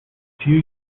few